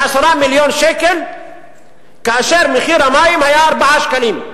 10 מיליון שקל כאשר מחיר המים היה 4 שקלים,